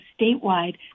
statewide